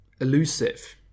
Elusive